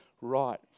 right